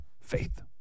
Faith